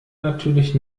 natürlich